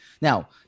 Now